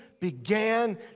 began